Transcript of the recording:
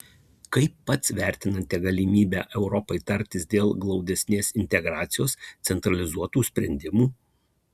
kaip pats vertinate galimybę europai tartis dėl glaudesnės integracijos centralizuotų sprendimų